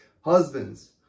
Husbands